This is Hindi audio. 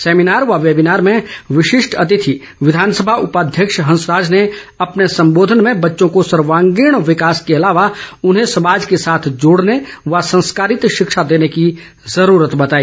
सैमीनार व वैबिनार में विशिष्ट अतिथि विधानसभा उपाध्यक्ष हंसराज ने अपने संबोधन में बच्चों के सर्वागीण विकास के अलावा उन्हें समाज के साथ जोड़ने व संस्कारित शिक्षा देने की ज़रूरत बताई